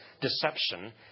deception